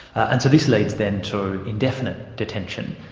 and so this leads then to indefinite detention,